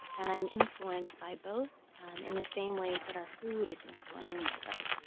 and i am influenced by both in the same ways that our food is influenced by both.